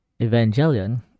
Evangelion